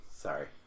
Sorry